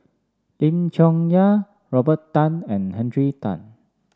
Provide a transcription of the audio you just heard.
Lim Chong Yah Robert Tan and Henry Tan